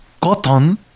cotton